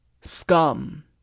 scum